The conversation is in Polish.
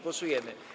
Głosujemy.